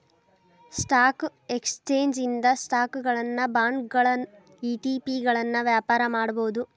stock exchange ಇಂದ ಸ್ಟಾಕುಗಳನ್ನ ಬಾಂಡ್ಗಳನ್ನ ಇ.ಟಿ.ಪಿಗಳನ್ನ ವ್ಯಾಪಾರ ಮಾಡಬೋದು